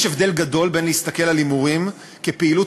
יש הבדל גדול בין הסתכלות על הימורים כפעילות